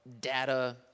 data